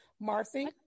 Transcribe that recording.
Marcy